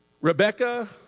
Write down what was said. Rebecca